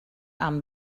amb